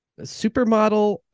supermodel